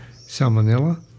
salmonella